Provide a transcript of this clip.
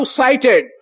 cited